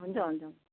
हुन्छ हुन्छ